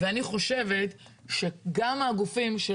אני חושבת שגם אם לא